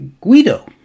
Guido